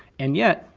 and yet,